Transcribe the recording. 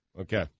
Okay